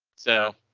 so.